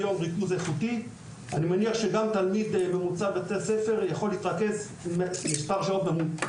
אני מניח שגם תלמיד מממוצע בבית הספר יכול להתרכז מספר שעות קטן יחסית.